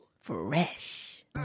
Fresh